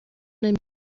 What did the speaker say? نمی